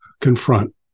confront